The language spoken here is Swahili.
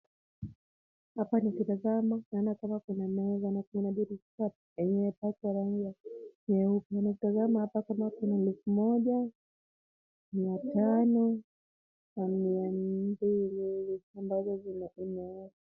Hapa nikitazama naona pale kuna meza na kuna dirisha yenye imepkwa ya nyeupe. Nikitazama hapa kuna elfu moja, mia tano na mia mbili ambazo zimewekwa.